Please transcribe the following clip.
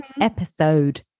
Episode